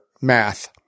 Math